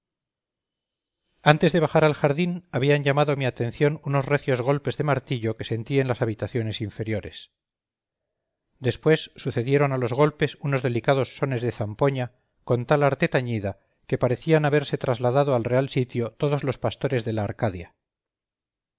antes de bajar al jardín habían llamado mi atención unos recios golpes de martillo que sentí en las habitaciones inferiores después sucedieron a los golpes unos delicados sones de zampoña con tal arte tañida que parecían haberse trasladado al real sitio todos los pastores de la arcadia